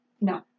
No